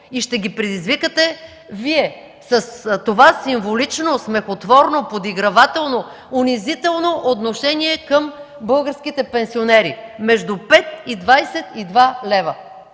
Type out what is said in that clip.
и ще ги предизвикате Вие с това символично, смехотворно, подигравателно, унизително отношение към българските пенсионери – между 5 и 22 лв.